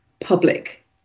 public